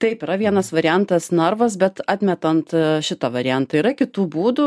taip yra vienas variantas narvas bet atmetant šitą variantą yra kitų būdų